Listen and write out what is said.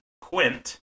Quint